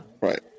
Right